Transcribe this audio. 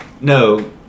no